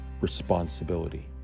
responsibility